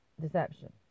Deception